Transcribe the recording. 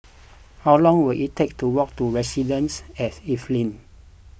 how long will it take to walk to Residences at Evelyn